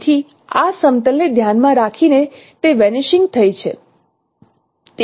તેથી આ સમતલ ને ધ્યાનમાં રાખીને તે વેનીશિંગ થઈ છે